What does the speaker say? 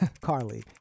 Carly